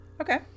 Okay